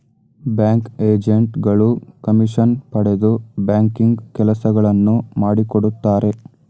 bank agent ಗಳು commission ಪಡೆದು banking ಕೆಲಸಗಳನ್ನು ಮಾಡಿಕೊಡುತ್ತಾರೆ